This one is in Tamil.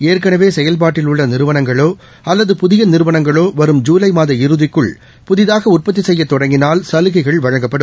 ஏற்கனவேசெயல்பாட்டில் உள்ளநிறுவனங்களோஅல்லது புதியநிறுவனங்களோவரும் ஜூலைமாத இறுதிக்குள் புதிதாகஉற்பத்திசெய்யதொடங்கினால் சலுகைகள் வழங்கப்படும்